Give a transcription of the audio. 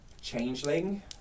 changeling